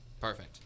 Perfect